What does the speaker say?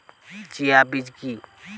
Chia বীজ কী?